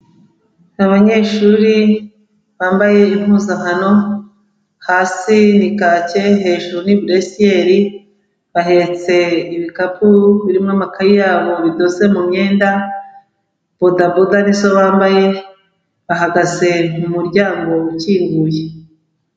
NI abanyeshuri bambaye impuzankano, hasi ni kake, hejuru ni buresiyeri, bahetse ibikapu birimo amakaye yabo bidoze mu mwenda, bodaboda ni zo bambaye, bahagaze mu muryango ukinguye.